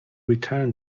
return